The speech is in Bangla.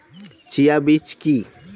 চিয়া বীজ কী?